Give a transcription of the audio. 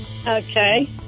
Okay